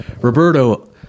Roberto